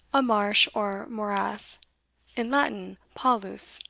a marsh or morass in latin, palus.